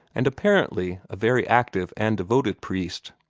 and apparently a very active and devoted priest.